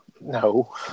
No